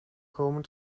komen